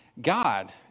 God